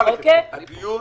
כל הסיפור